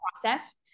process